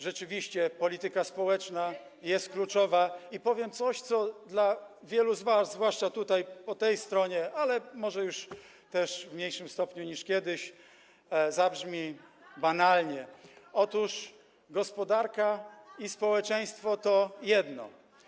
Rzeczywiście polityka społeczna jest kluczowa i powiem coś, co dla wielu z was, zwłaszcza tutaj, po tej stronie, ale może już też w mniejszym stopniu niż kiedyś, zabrzmi banalnie: otóż gospodarka i społeczeństwo to jedno.